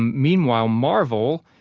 meanwhile, marvel,